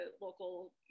local